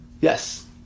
Yes